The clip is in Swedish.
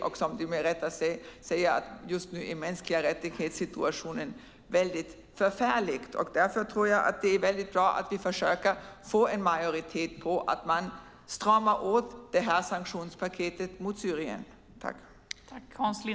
Du säger med rätta att situationen för de mänskliga rättigheterna just nu är förfärlig. Därför tror jag att det är mycket bra att vi försöker få en majoritet för att man stramar åt sanktionspaketet mot Syrien.